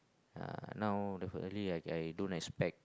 uh now definitely I I don't expect